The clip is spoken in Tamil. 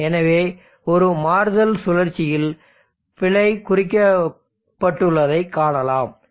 எனவே ஒரு மாறுதல் சுழற்சியில் பிழை குறைக்கப்பட்டுள்ளதை காணலாம்